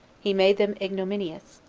he made them ignominious,